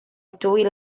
dwy